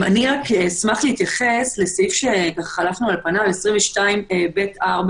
אשמח להתייחס לסעיף שחלפנו על פניו, 22(ב)(4),